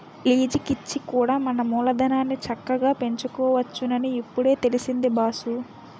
లీజికిచ్చి కూడా మన మూలధనాన్ని చక్కగా పెంచుకోవచ్చునని ఇప్పుడే తెలిసింది బాసూ